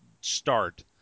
start